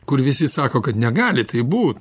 kur visi sako kad negali taip būt